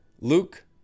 Luke